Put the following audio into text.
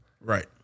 Right